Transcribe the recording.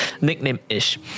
Nickname-ish